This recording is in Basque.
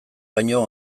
baino